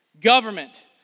Government